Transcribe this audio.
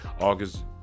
August